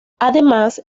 además